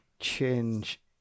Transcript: change